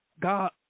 God